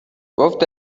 گفت